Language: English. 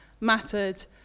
mattered